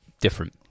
different